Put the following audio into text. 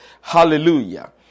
Hallelujah